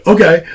Okay